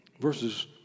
verses